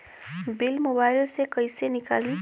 Bill mobile से कईसे निकाली?